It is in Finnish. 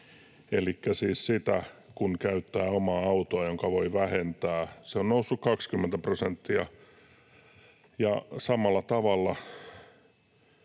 siis sitä, kun käyttää omaa autoa, jonka voi vähentää. Se on noussut 20 prosenttia. Samalla tavalla